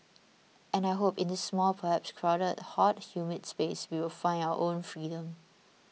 and I hope in this small perhaps crowded hot humid space we will find our own freedom